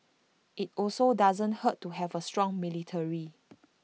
IT also doesn't hurt to have A strong military